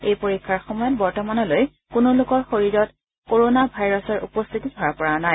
এই পৰীক্ষাৰ সময়ত বৰ্তমানলৈ কোনো লোকৰ শৰীৰত কোৰোনা ভাইৰাছৰ উপস্থিতি ধৰা পৰা নাই